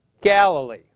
Galilee